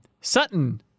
Sutton